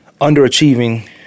underachieving